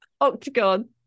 Octagon